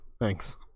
Thanks